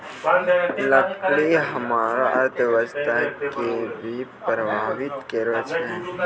लकड़ी हमरो अर्थव्यवस्था कें भी प्रभावित करै छै